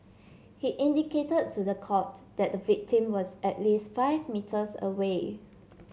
he indicated to the court that the victim was at least five metres away